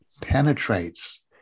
penetrates